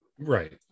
right